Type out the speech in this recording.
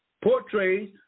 portrays